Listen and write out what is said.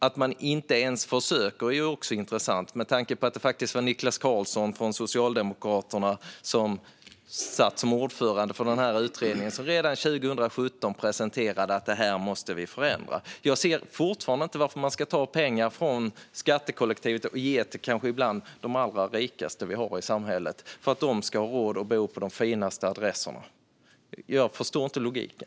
Att man inte ens försöker är också intressant med tanke på att det faktiskt var Niklas Karlsson från Socialdemokraterna som satt som ordförande i den här utredningen som redan 2017 presenterade att det här måste förändras. Jag ser fortfarande inte varför man ska ta pengar från skattekollektivet och ge till kanske ibland de allra rikaste vi har i samhället för att de ska ha råd att bo på de finaste adresserna. Jag förstår inte logiken.